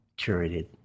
curated